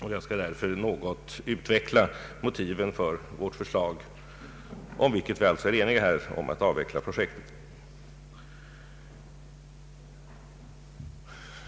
Därför skall jag något utveckla motiven för vårt förslag, varom vi alltså är eniga, att avveckla projektet.